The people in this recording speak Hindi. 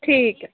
ठीक है